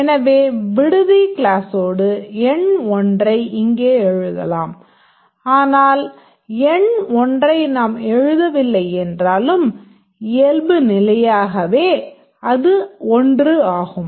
எனவே விடுதி கிளாஸ்ஸோடு எண் 1 ஐ இங்கே எழுதலாம் ஆனால் எண் 1 ஐ நாம் எழுதவில்லை என்றாலும் இயல்புநிலையாகவே அது 1 ஆகும்